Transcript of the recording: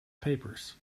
papers